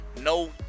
no